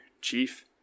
Chief